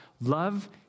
love